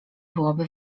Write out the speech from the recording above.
byłoby